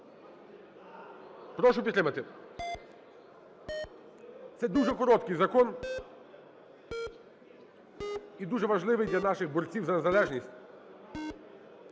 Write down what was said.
Прошу підтримати. Це дуже короткий закон і дуже важливий для наших борців за незалежність.